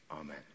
amen